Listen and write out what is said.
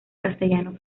castellano